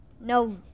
no